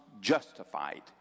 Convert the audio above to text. justified